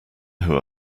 who